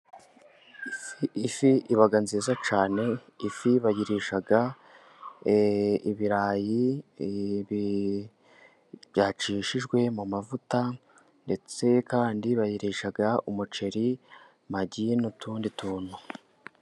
Ifi iba nziza cyane, ifi bayirisha ibirayi byacishijwe mu mavuta, ndetse kandi bayirisha umuceri, magi n' utundi tuntu.